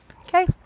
okay